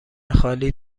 خالی